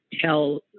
tell